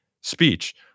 speech